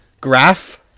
Graph